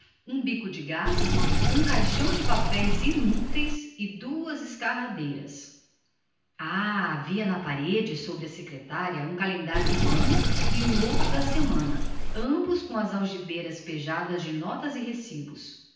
uma cadeira de palhinha um caixão de papéis inúteis um bico de gás e duas escarradeiras ah ainda havia na parede sobre a secretária um calendário do ano e outro da semana ambos com as algibeiras pejadas de notas e recibos